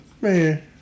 man